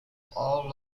all